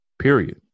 Period